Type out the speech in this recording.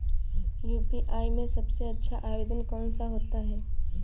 UPI में सबसे अच्छा आवेदन कौन सा होता है?